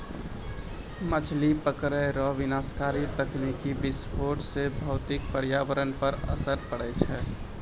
मछली पकड़ै रो विनाशकारी तकनीकी विस्फोट से भौतिक परयावरण पर असर पड़ै छै